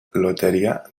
lotería